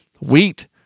wheat